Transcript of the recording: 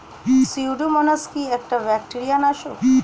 Pseudomonas কি একটা bacteria নাশক?